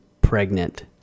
pregnant